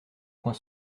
coin